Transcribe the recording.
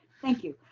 thank you.